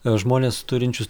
žmones turinčius